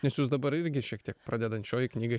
nes jūs dabar irgi šiek tiek pradedančioji knygą